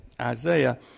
Isaiah